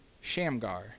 Shamgar